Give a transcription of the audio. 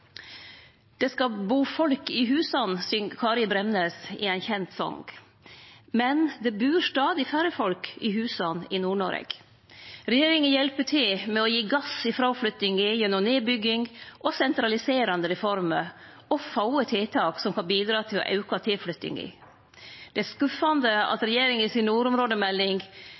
skal bo folk i husan», syng Kari Bremnes i ein kjent song. Men det bur stadig færre folk i husa i Nord-Noreg. Regjeringa hjelper til med å gje gass i fråflyttinga gjennom nedbygging og sentraliserande reformer og få tiltak som kan bidra til å auke tilflyttinga. Det er skuffande at nordområdemeldinga til regjeringa